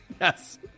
yes